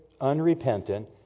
unrepentant